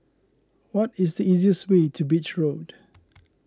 what is the easiest way to Beach Road